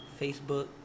Facebook